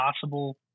possible